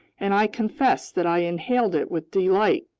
and i confess that i inhaled it with delight.